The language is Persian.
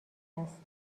است